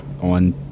on